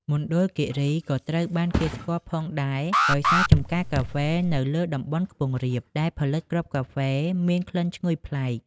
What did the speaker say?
មណ្ឌលគិរីក៏ត្រូវបានគេស្គាល់ផងដែរដោយសារចម្ការកាហ្វេនៅលើតំបន់ខ្ពង់រាប ដែលផលិតគ្រាប់កាហ្វេមានក្លិនឈ្ងុយប្លែក។